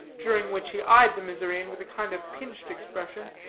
during which he eyed the missourian with a kind of pinched expression,